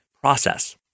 Process